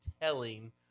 telling